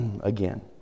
again